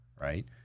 right